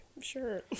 sure